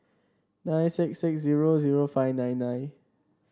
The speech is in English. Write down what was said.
nine six six zero zero five nine nine